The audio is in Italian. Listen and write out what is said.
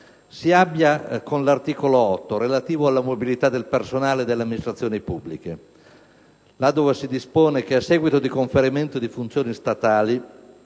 si abbia con l'articolo 8, relativo alla mobilità del personale delle amministrazioni pubbliche, là dove si dispone che, in caso di conferimento di funzioni statali